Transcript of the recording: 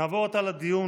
נעבור עתה לדיון.